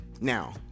Now